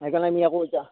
সেইকাৰণে আমি একো ইতা